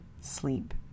sleep